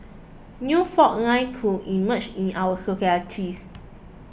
new fault line could emerge in our societies